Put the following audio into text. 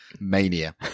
mania